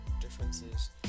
differences